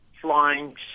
flying